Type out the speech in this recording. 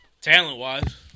Talent-wise